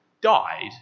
died